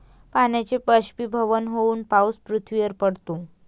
पाण्याचे बाष्पीभवन होऊन पाऊस पृथ्वीवर पडतो